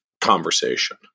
conversation